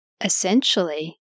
essentially